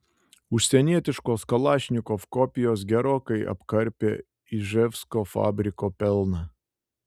užsienietiškos kalašnikov kopijos gerokai apkarpė iževsko fabriko pelną